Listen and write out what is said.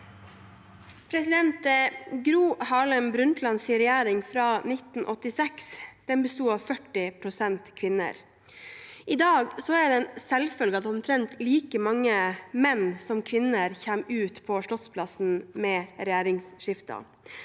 Gro Harlem Brundtlands regjering fra 1986 bestod av 40 pst. kvinner. I dag er det en selvfølge at omtrent like mange menn som kvinner kommer ut på slottsplassen ved regjeringsskifter.